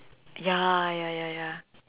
ya ya ya ya